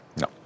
No